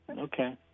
Okay